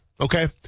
Okay